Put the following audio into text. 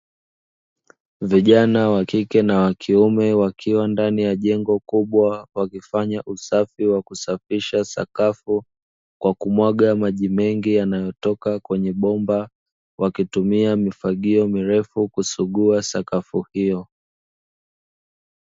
Vijana wa kike na wa kiume wakiwa ndani ya jengo kubwa, wakifanya usafi wa kusafisha sakafu, kwa kumwaga maji mengi yanayotoka kwenye bomba, wakitumia mifagio mirefu kusugua sakafu hiyo.